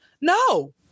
No